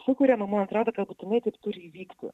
sukuriam ir mum atrodo kad būtinai taip turi įvykti